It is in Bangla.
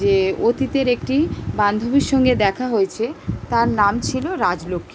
যে অতীতের একটি বান্ধবীর সঙ্গে দেখা হয়েছে তার নাম ছিলো রাজলক্ষ্মী